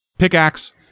pickaxe